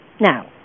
Now